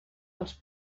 els